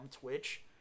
Twitch